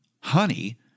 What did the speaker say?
honey